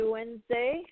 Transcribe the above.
Wednesday